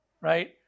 right